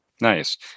Nice